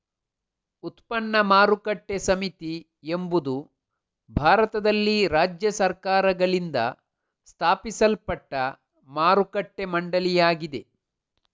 ಉತ್ಪನ್ನ ಮಾರುಕಟ್ಟೆ ಸಮಿತಿ ಎಂಬುದು ಭಾರತದಲ್ಲಿ ರಾಜ್ಯ ಸರ್ಕಾರಗಳಿಂದ ಸ್ಥಾಪಿಸಲ್ಪಟ್ಟ ಮಾರುಕಟ್ಟೆ ಮಂಡಳಿಯಾಗಿದೆ